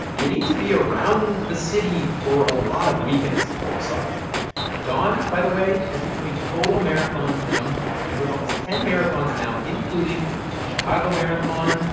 you need to be around the city for a lot of weekends to pull this off dawn, by the way, has become a total marathon junkie. she's run almost ten marathons now, including the chicago marathon,